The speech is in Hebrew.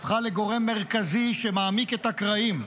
הפכה לגורם מרכזי שמעמיק את הקרעים.